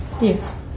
Yes